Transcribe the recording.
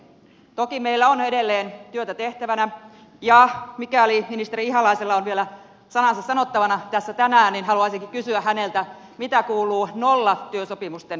toki meillä on edelleen työtä tehtävänä ja mikäli ministeri ihalaisella on vielä sanansa sanottavana tässä tänään niin haluaisin kysyä häneltä mitä kuuluu nollatyösopimusten kieltämiselle